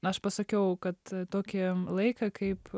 aš pasakiau kad tokį laiką kaip